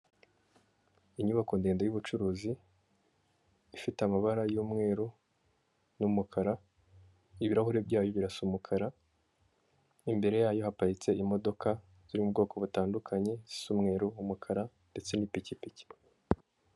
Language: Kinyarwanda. Inyubako ndende y'ubucuruzi, ifite amabara y'umweru n'umukara, ibirahuri byayo birasa umukara, imbere yayo haparitse imodoka ziri mu bwoko butandukanye sisa umweru, umukara ndetse n'ipikipiki.